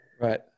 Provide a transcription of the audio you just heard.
Right